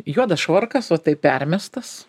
juodas švarkas o tai permestas